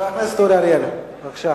חבר הכנסת אורי אריאל, בבקשה.